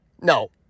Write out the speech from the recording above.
No